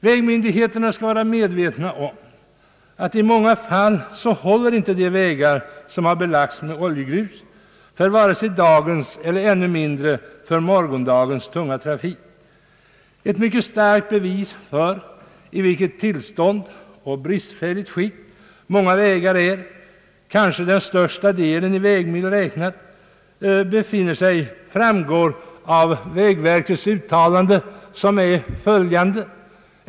Vägmyndigheterna skall vara medvetna om att i många fall håller inte de vägar som belagts med oljegrus inför vare sig dagens eller ännu mindre morgondagens tunga trafik. Ett mycket starkt bevis för i vilket tillstånd och bristfälligt skick många vägar är — kanske den största delen i vägmil räknat — framgår av vägverkets uttalande.